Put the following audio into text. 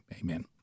Amen